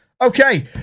okay